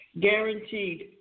Guaranteed